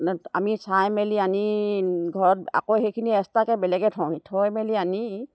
আমি চাই মেলি আনি ঘৰত আকৌ সেইখিনি এক্সট্ৰাকৈ বেলেগে থওঁহি থৈ মেলি আনি